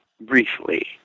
briefly